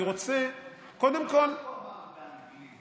לא רק שהוא אמר באנגלית,